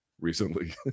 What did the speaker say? recently